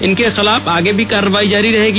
इनके खिलाफ आगे भी कार्रवाई जारी रहेगी